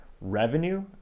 revenue